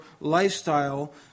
lifestyle